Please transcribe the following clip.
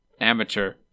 amateur